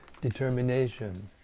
determination